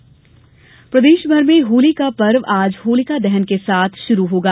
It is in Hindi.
होली दहन प्रदेश भर में होली का पर्व आज होलिका दहन के साथ शुरू होगा